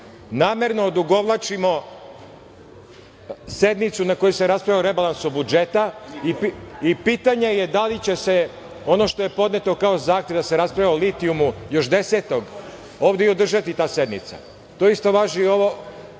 namerno odugovlačimo sednicu na kojoj se raspravlja o rebalansu budžeta i pitanje je da li će se ono što je podneto kao zahtev da se raspravlja o litijumu još 10. ovde i održati ta sednica. To isto važi i za